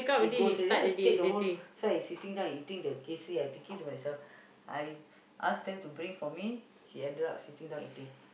he goes already yeah take the whole so I sitting down and eating the I thinking to myself I ask them to bring for me he ended up sitting down eating